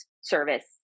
service